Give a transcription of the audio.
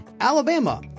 Alabama